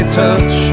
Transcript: touch